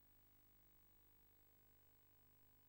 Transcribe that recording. הפכו נער, שרצה